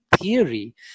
theory